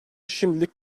şimdilik